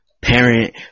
parent